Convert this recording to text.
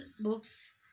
books